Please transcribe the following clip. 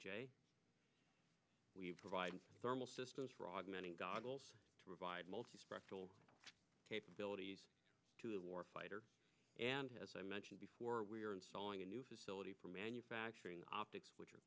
s we provide thermal systems for augmenting goggles to provide multispectral capabilities to the war fighter and as i mentioned before we are installing a new facility for manufacturing optics which are